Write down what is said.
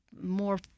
more